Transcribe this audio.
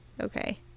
Okay